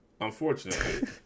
Unfortunately